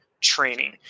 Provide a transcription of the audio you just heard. training